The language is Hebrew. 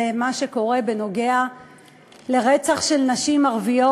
זה מה שקורה בנוגע לרצח של נשים ערביות,